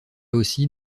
aussi